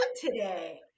today